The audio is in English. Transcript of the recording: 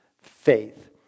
faith